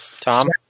Tom